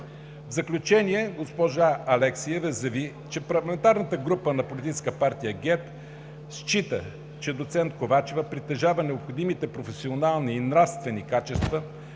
В заключение госпожа Алексиева заяви, че парламентарната група на Политическа партия ГЕРБ счита, че доцент Ковачева притежава необходимите професионални и нравствени качества